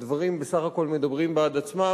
והדברים בסך הכול מדברים בעד עצמם.